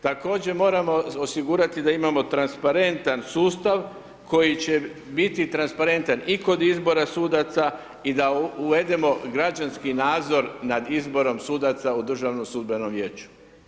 Također moramo osigurati da imamo transparentan sustav koji će biti transparentan i kod izbora sudaca i da uvedemo građanski nadzor nad izborom sudaca u Državnom sudbenom vijeću.